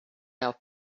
out